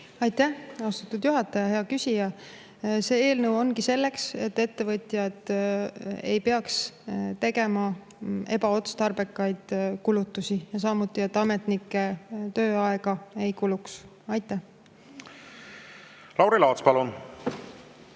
Aitäh! Austatud juhataja! Hea küsija! See eelnõu ongi selleks, et ettevõtjad ei peaks tegema ebaotstarbekaid kulutusi, ja samuti selleks, et ametnike tööaega ei kuluks. Lauri Laats, palun!